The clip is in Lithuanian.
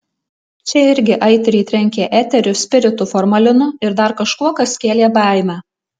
čia irgi aitriai trenkė eteriu spiritu formalinu ir dar kažkuo kas kėlė baimę